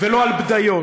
ולא על בדיות.